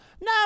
No